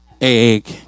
egg